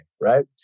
right